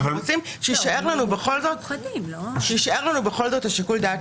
אבל אנחנו רוצים שבכל זאת יישאר לנו שיקול דעת,